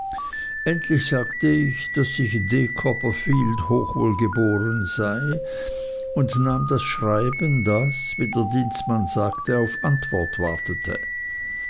endlich sagte ich daß ich d copperfield hochwohlgeboren sei und nahm das schreiben das wie der dienstmann sagte auf antwort wartete